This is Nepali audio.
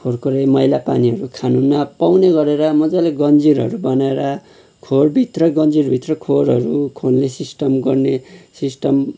खोरखोरै मैला पानीहरू खानु नपाउने गरेर मजाले गन्जिरहरू बनाएर खोरभित्र गन्जिरभित्र खोरहरू खोल्ने सिस्टम गर्ने सिस्टम